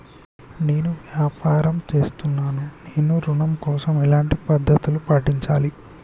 నేను వ్యాపారం చేస్తున్నాను నేను ఋణం కోసం ఎలాంటి పద్దతులు పాటించాలి?